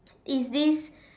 is this